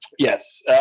Yes